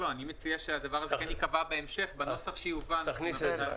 אני מציע שהדבר הזה ייקבע בהמשך בנוסח שיובא --- אז תכניס את זה.